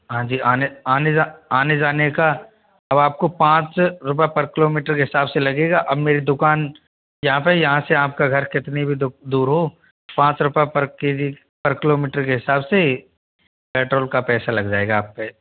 हाँ जी आने आने आने जाने का अब आप को पाँच रूपए पर किलोमीटर के हिसाब से लगेगा अब मेरी दुकान यहाँ पे है यहाँ से आपका घर कितनी भी दूर हो पाँच रुपए पर के जी पर किलोमीटर के हिसाब से पैट्रोल का पैसा लग जाएगा आप पे